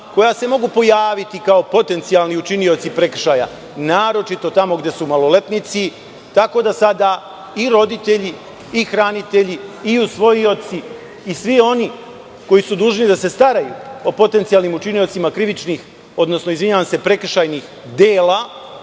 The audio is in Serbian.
koja se mogu pojaviti kao potencionalni učinioci prekršaja, naročito tamo gde su maloletnici, tako da sada i roditelji, i hranitelji, i usvojioci i svi oni koji su dužni da se staraju o potencionalnim učiniocima prekršajnih dela snose ne samo prekršajnu